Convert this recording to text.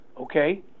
okay